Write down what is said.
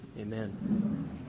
Amen